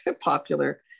popular